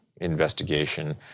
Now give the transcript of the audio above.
investigation